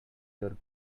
your